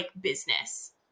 business